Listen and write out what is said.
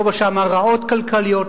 פה ושם הרעות כלכליות,